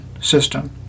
system